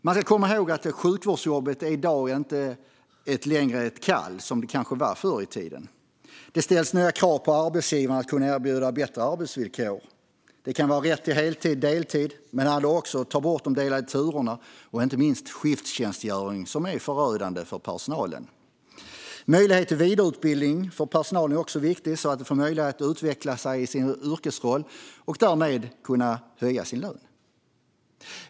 Man ska komma ihåg att sjukvårdsjobbet i dag inte längre är ett kall, vilket det kanske var förr i tiden. Det ställs nya krav på arbetsgivaren att erbjuda bättre arbetsvillkor. Det kan gälla rätt till heltid eller deltid, men det handlar också om att ta bort de delade turerna och inte minst skifttjänstgöringen, som är förödande för personalen. Möjlighet till vidareutbildning för personalen är också viktigt, så att man får möjlighet att utvecklas i sin yrkesroll och därmed kan höja sin lön.